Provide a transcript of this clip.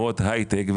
בחברות הייטק,